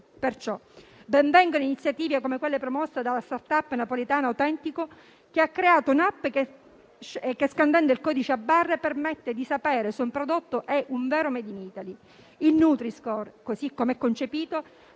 Ben vengano quindi iniziative come quella promossa dalla *start up* napoletana Autentico, che ha creato un'*app* che, scandendo il codice a barre, permette di sapere se un prodotto è un vero *made in Italy.* Il nutri-score, così come è concepito,